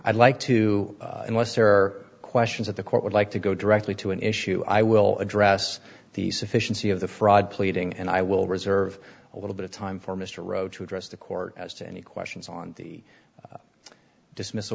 i'd like to unless there are questions that the court would like to go directly to an issue i will address the sufficiency of the fraud pleading and i will reserve a little bit of time for mr roach to address the court as to any questions on the dismiss